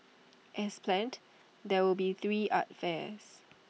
as planned there will be three art fairs